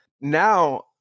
Now